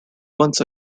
once